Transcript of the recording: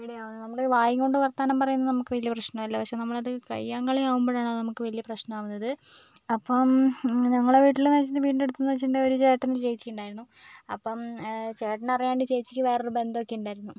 ഇവിടെ അത് നമ്മൾ വായും കൊണ്ട് വർത്താനം പറയുമ്പോൾ നമുക്ക് വലിയ പ്രശ്നമില്ല പക്ഷെ നമ്മളത് കയ്യാങ്കളി ആകുമ്പോഴാണ് അത് നമുക്ക് വലിയ പ്രശ്നം ആകുന്നത് അപ്പം ഞങ്ങള വീട്ടിൽ എന്ന് വെച്ചിട്ടുണ്ടെങ്കിൽ വീടിൻ്റെ അടുത്ത വെച്ചിട്ടുണ്ടായിരുന്ന ഒരു ചേട്ടനും ചേച്ചിയും ഉണ്ടായിരുന്നു അപ്പം ചേട്ടൻ അറിയാണ്ട് ചേച്ചിക്ക് വേറെ ഒരു ബന്ധം ഒക്കെ ഉണ്ടായിരുന്നു